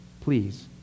Please